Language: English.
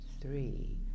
three